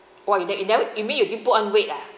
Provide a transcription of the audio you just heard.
!wah! you never you mean you didn't put on weight ah